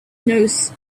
knows